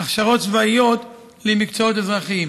הכשרות צבאיות כמקצועות אזרחיים.